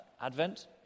Advent